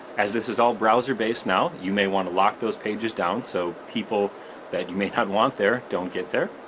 as this is all browser-based now, you may want to lock those pages down, so people that you may have want there, don't get there.